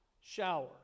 shower